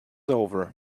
over